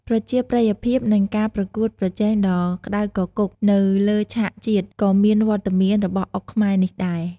ប្រជាប្រិយភាព និងការប្រកួតប្រជែងដ៏ក្ដៅគគុក នៅលើឆាកជាតិ ក៏មានវត្តមានរបស់អុកខ្មែរនេះដែរ។